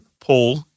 Paul